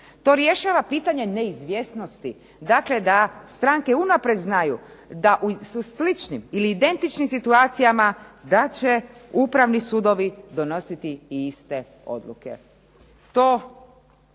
To rješava pitanje neizvjesnosti, dakle da stranke unaprijed znaju da su u sličnim ili identičnim situacijama da će upravni sudovi donositi i iste odluke.